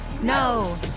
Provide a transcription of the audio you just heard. no